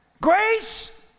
Grace